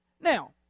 Now